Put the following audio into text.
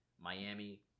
Miami